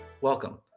Welcome